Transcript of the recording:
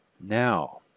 Now